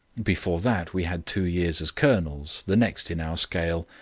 before that we had two years as colonels, the next in our scale.